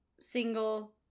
single